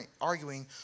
arguing